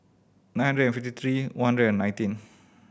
nine hundred and fifty three one hundred and nineteen